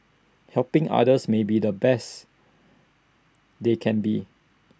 helping others maybe the best they can be